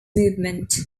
movement